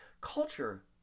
Culture